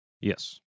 Yes